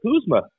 Kuzma